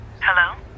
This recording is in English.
Hello